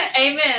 Amen